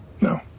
No